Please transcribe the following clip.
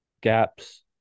gaps